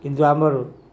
କିନ୍ତୁ ଆମର